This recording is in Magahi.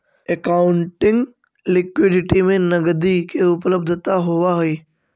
एकाउंटिंग लिक्विडिटी में नकदी के उपलब्धता होवऽ हई